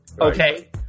Okay